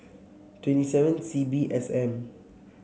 twenty seven C B S M